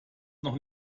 noch